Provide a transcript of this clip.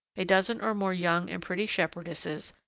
a dozen or more young and pretty shepherdesses,